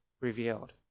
revealed